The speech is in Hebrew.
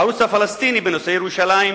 הערוץ הפלסטיני, בנושא ירושלים,